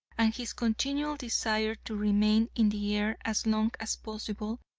and his continual desire to remain in the air as long as possible,